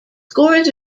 scores